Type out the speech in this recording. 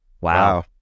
Wow